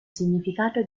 significato